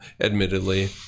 admittedly